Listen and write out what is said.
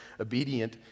obedient